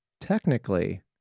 technically